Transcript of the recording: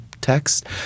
text